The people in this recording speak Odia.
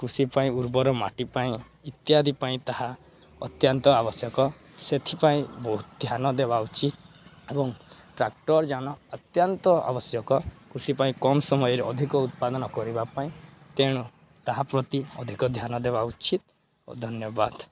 କୃଷି ପାଇଁ ଉର୍ବର ମାଟି ପାଇଁ ଇତ୍ୟାଦି ପାଇଁ ତାହା ଅତ୍ୟନ୍ତ ଆବଶ୍ୟକ ସେଥିପାଇଁ ବହୁତ ଧ୍ୟାନ ଦେବା ଉଚିତ ଏବଂ ଟ୍ରାକ୍ଟର ଯାନ ଅତ୍ୟନ୍ତ ଆବଶ୍ୟକ କୃଷି ପାଇଁ କମ୍ ସମୟରେ ଅଧିକ ଉତ୍ପାଦନ କରିବା ପାଇଁ ତେଣୁ ତାହା ପ୍ରତି ଅଧିକ ଧ୍ୟାନ ଦେବା ଉଚିତ ଓ ଧନ୍ୟବାଦ